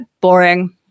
boring